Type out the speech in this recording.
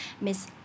Miss